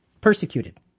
persecuted